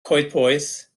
coedpoeth